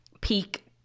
Peak